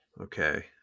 okay